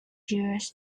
years